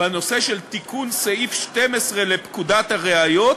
בנושא של תיקון סעיף 12 לפקודת הראיות,